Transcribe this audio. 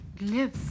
live